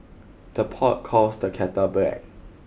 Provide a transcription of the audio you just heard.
the pot calls the kettle black